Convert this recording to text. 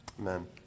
Amen